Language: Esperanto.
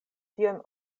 tion